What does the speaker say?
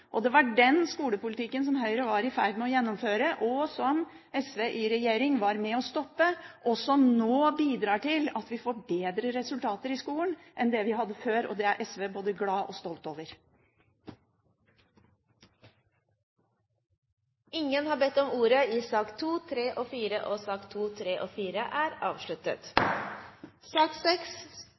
Det var den skolepolitikken som Høyre var i ferd med å gjennomføre, og som SV i regjering var med og stoppe, og som nå bidrar til at vi får bedre resultater i skolen enn det vi hadde før. Det er SV både glad og stolt over. Flere har ikke bedt om ordet til sakene nr. 3, 4 og